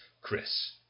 Chris